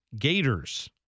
gators